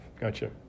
Gotcha